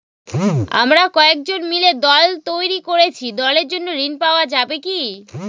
আমরা কয়েকজন মিলে দল তৈরি করেছি দলের জন্য ঋণ পাওয়া যাবে কি?